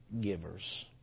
givers